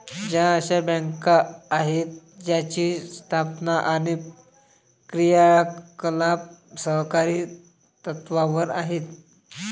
त्या अशा बँका आहेत ज्यांची स्थापना आणि क्रियाकलाप सहकारी तत्त्वावर आहेत